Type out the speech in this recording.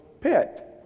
pit